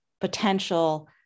potential